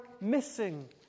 missing